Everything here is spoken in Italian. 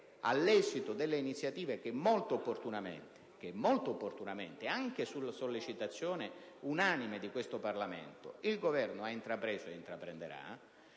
all'esito delle iniziative, che molto opportunamente, anche su sollecitazione unanime di questo Parlamento, il Governo ha intrapreso e intraprenderà,